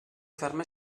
ferma